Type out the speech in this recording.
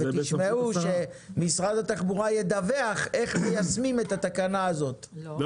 ותשמעו שמשרד התחבורה ידווח איך מיישמים את התקנה הזאת,